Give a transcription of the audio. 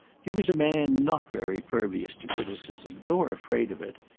he was a man not very pervious to criticism, nor afraid of it,